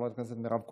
חבר הכנסת שמחה רוטמן,